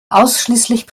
ausschließlich